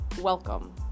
Welcome